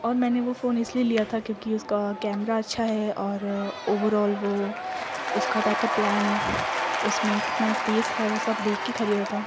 اور میں نے وہ فون اس لیے لیا تھا کیونکہ اس کا کیمرہ اچھا ہے اور اوور آل وہ اس کا بیک اپ پلان اس میں کتنا اسپیس ہے وہ سب دیکھ کے خریدا تھا